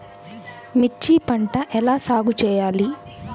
మిర్చి పంట ఎలా సాగు చేయాలి?